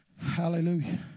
hallelujah